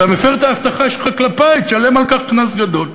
אתה מפר את ההבטחה שלך כלפי, תשלם על כך קנס גדול.